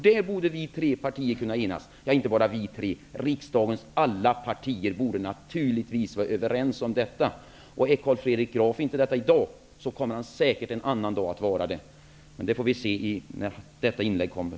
Det borde vi tre partier kunde enas om, inte bara vi tre, utan riksdagens alla partier borde naturligtvis vara överens om detta. Tycker inte Carl Fredrik Graf det i dag, så kommer han säkert en annan dag att göra det. Det får vi se när han håller sitt inlägg.